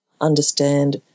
understand